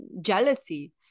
jealousy